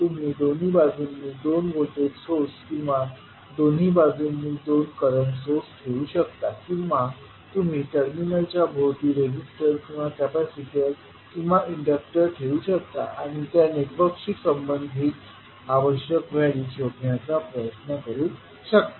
तुम्ही दोन्ही बाजूंनी दोन व्होल्टेज सोर्स किंवा दोन्ही बाजूंनी दोन करंट सोर्स ठेवू शकता किंवा तुम्ही टर्मिनलच्या भोवती रेझिस्टर किंवा कॅपेसिटर किंवा इंडक्टर ठेवू शकता आणि त्या नेटवर्कशी संबंधित आवश्यक व्हॅल्यू शोधण्याचा प्रयत्न करू शकता